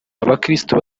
abakristo